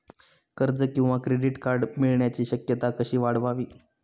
कर्ज किंवा credit card मिळण्याची शक्यता कशी वाढवावी?